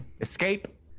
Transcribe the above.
Escape